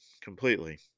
completely